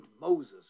Moses